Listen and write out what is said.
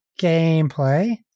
gameplay